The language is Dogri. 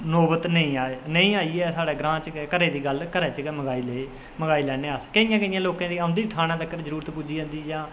नौबत निं आये निं आई ऐ साढ़े ग्रांऽ च घरै दी गल्ल घरै च गै मुकाई लेई लैने आं अस केईं केईं लोकें दी ठाणे तगर जरूरत पेई जंदी